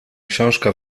książka